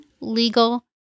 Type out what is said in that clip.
legal